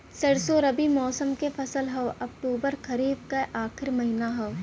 सरसो रबी मौसम क फसल हव अक्टूबर खरीफ क आखिर महीना हव